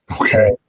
Okay